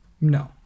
No